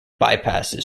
bypasses